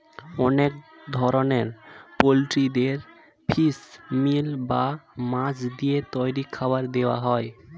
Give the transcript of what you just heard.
অনেক ধরনের পোল্ট্রিদের ফিশ মিল বা মাছ দিয়ে তৈরি খাবার দেওয়া হয়